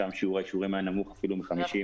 שם שיעור האישורים היה נמוך אפילו מ-50%,